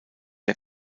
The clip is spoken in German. der